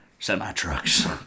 Semi-trucks